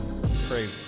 Crazy